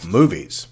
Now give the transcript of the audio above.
Movies